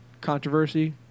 controversy